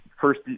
first